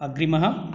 अग्रिमः